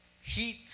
heat